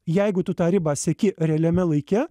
jeigu tą ribą seki realiame laike